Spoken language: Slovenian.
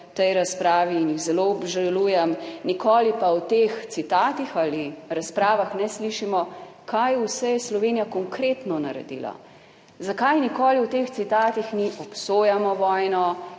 tej razpravi in jih zelo obžalujem. Nikoli pa v teh citatih ali razpravah ne slišimo, kaj vse je Slovenija konkretno naredila. Zakaj nikoli v teh citatih ni: obsojamo vojno,